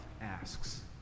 asks